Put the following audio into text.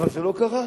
אבל זה לא קרה.